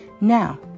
Now